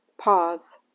Pause